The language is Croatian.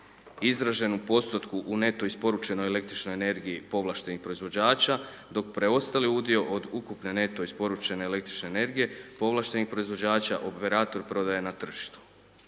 izražen u postupku u neto isporučenoj el. energiji, povlaštenih proizvođača, dok preostali udio od ukupne neto isporučene el. energije, povlaštenih proizvođača operator prodaje na tržištu.